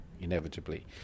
inevitably